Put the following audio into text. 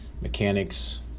mechanics